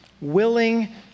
willing